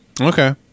Okay